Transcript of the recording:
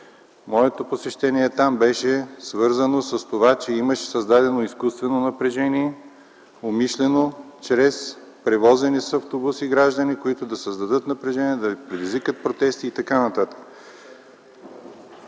Моето посещение там беше свързано с това, че имаше създадено изкуствено напрежение умишлено чрез превозени с автобуси граждани, които да създадат напрежение, да предизвикат протести и т.н. Така